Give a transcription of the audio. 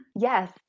yes